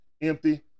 empty